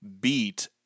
beat